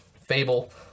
fable